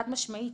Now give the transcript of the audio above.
חד משמעית.